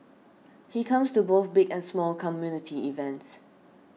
he comes to both big and small community events